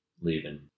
leaving